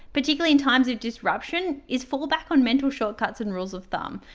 particularly in times of disruption, is fall back on mental shortcuts and rules of thumb.